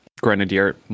Grenadier